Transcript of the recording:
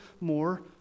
more